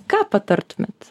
ką patartumėt